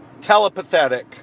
telepathetic